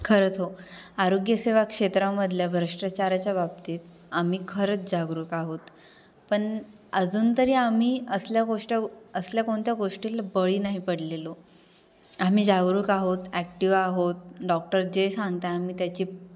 खरंच हो आरोग्यसेवा क्षेत्रामधल्या भ्रष्टाचाराच्या बाबतीत आम्ही खरंच जागरूक आहोत पण अजून तरी आम्ही असल्या गोष्ट असल्या कोणत्या गोष्टीला बळी नाही पडलेलो आम्ही जागरूक आहोत ॲक्टिव आहोत डॉक्टर जे सांगता आम्ही त्याची